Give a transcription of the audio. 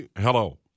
Hello